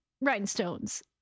rhinestones